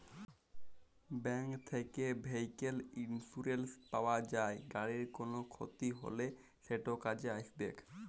bank থ্যাকে vehicle insurance পাউয়া যায়, গাড়ির কল খ্যতি হ্যলে সেট কাজে আইসবেক